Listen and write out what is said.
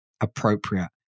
appropriate